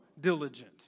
diligent